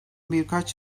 birkaç